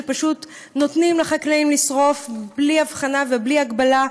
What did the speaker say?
פשוט נותנים לחקלאים לשרוף בלי הבחנה ובלי הגבלה.